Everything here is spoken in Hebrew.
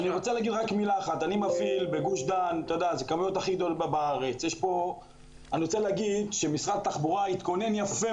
בגוש דן יש את הכמויות הכי